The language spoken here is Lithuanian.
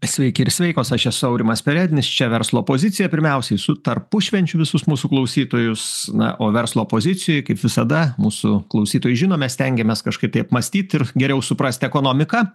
sveiki ir sveikos aš esu aurimas perednis čia verslo pozicija pirmiausiai su tarpušvenčiu visus mūsų klausytojus na o verslo pozicijoj kaip visada mūsų klausytojai žino mes stengiamės kažkaip tai apmąstyt ir geriau suprast ekonomiką